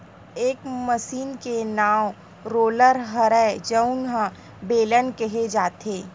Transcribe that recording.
ए machine के नांव roller हरय जउन ल बेलन केहे जाथे